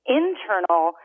internal